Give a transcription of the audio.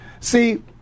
See